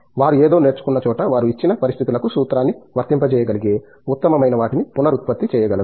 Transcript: వారు ఏదో నేర్చుకున్న చోట వారు ఇచ్చిన పరిస్థితులకు సూత్రాన్ని వర్తింపజేయగలిగే ఉత్తమమైన వాటిని పునరుత్పత్తి చేయగలరు